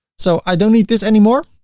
so i don't need this anymore,